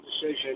decision